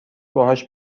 باهاش